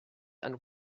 and